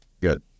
Good